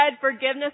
forgiveness